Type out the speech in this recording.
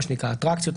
אטרקציות,